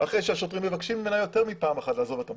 אחרי שהשוטרים מבקשים ממנה יותר מפעם אחת לעזוב את המקום,